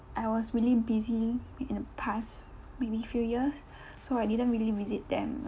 I was really busy in the past maybe few years so I didn't really visit them